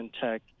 tech